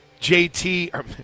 JT